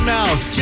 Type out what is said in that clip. Mouse